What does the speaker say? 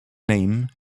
name